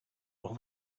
all